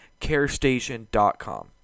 carestation.com